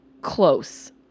close